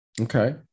Okay